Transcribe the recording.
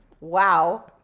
wow